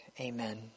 Amen